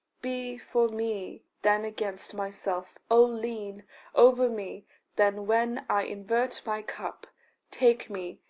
be for me then against myself. oh lean over me then when i invert my cup take me,